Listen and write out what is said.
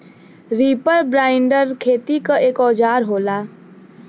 reaper binder खेती क एक औजार होला